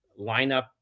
lineup